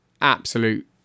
absolute